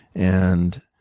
and